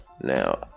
now